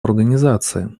организации